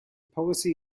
policy